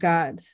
God